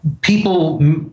people